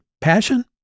passion